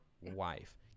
wife